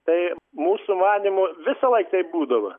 tai mūsų manymu visą laik taip būdavo